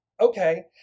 Okay